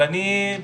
אבל אני פשוט,